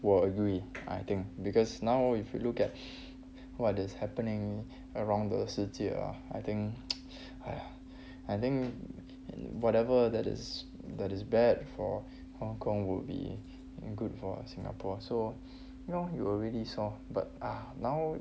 我 agree I think because now if you look at what is happening around the 世界 ah I think !aiya! I think whatever that is that is bad for hong kong would be good for singapore so you know you already saw but uh now